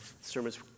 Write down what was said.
Sermons